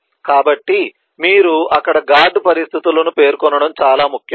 కాబట్టి మీరు అక్కడ గార్డు పరిస్థితులను పేర్కొనడం చాలా ముఖ్యం